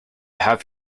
have